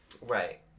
Right